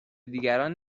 دیگران